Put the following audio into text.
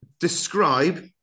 Describe